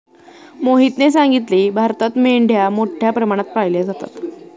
मोहितने सांगितले, भारतात मेंढ्या मोठ्या प्रमाणात पाळल्या जातात